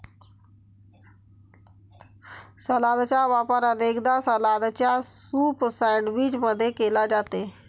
सलादचा वापर अनेकदा सलादच्या सूप सैंडविच मध्ये केला जाते